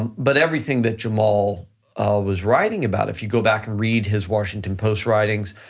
and but everything that jamal was writing about, if you go back and read his washington post writings,